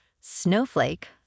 Snowflake